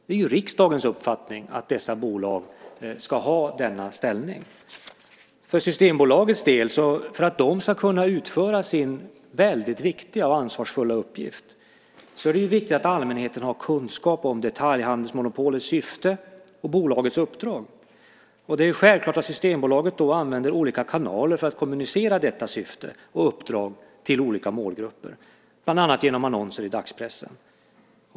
Det är ju riksdagens uppfattning att dessa bolag ska ha denna ställning. För att Systembolaget ska kunna utföra sin väldigt viktiga och ansvarsfulla uppgift är det viktigt att allmänheten har kunskap om detaljhandelsmonopolets syfte och bolagets uppdrag. Det är självklart att Systembolaget då använder olika kanaler för att kommunicera detta syfte och uppdrag till olika målgrupper, bland annat genom annonser i dagspressen.